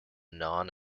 non